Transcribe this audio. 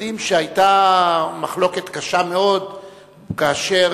יודעים שהיתה מחלוקת קשה מאוד כאשר